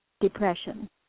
depression